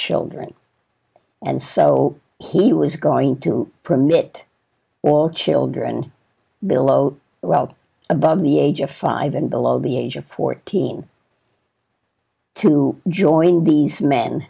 children and so he was going to permit all children below well above the age of five and below the age of fourteen to join these men